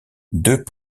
deux